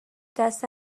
دست